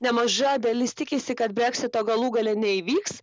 nemaža dalis tikisi kad breksito galų gale neįvyks